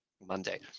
Monday